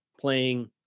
playing